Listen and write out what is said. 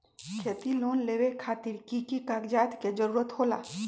खेती लोन लेबे खातिर की की कागजात के जरूरत होला?